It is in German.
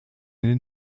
den